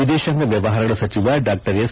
ವಿದೇಶಾಂಗ ವ್ಲವಹಾರಗಳ ಸಚಿವ ಡಾ ಎಸ್